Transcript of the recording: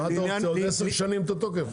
מה אתה רוצה, עוד עשר שנים את התוקף?